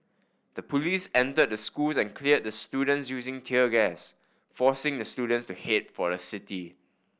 the police entered the schools and cleared the students using tear gas forcing the students to head for the city